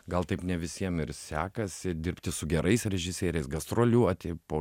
gal taip ne visiem ir sekasi dirbti su gerais režisieriais gastroliuoti po